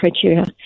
criteria